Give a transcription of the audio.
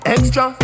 Extra